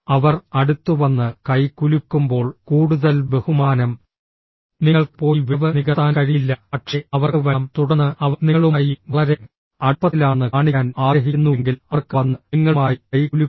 അവർ അടുത്തുവന്ന് കൈ കുലുക്കുമ്പോൾ കൂടുതൽ ബഹുമാനം നിങ്ങൾക്ക് പോയി വിടവ് നികത്താൻ കഴിയില്ല പക്ഷേ അവർക്ക് വരാം തുടർന്ന് അവർ നിങ്ങളുമായി വളരെ അടുപ്പത്തിലാണെന്ന് കാണിക്കാൻ ആഗ്രഹിക്കുന്നുവെങ്കിൽ അവർക്ക് വന്ന് നിങ്ങളുമായി കൈ കുലുക്കാം